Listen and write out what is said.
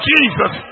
Jesus